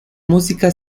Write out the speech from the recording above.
música